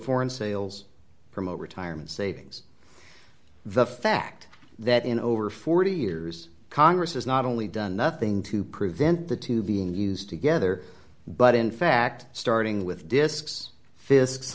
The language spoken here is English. foreign sales promote retirement savings the fact that in over forty years congress has not only done nothing to prevent the two being used together but in fact starting with disks fisk